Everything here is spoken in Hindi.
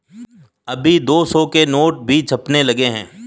अभी दो सौ के नोट भी छपने लगे हैं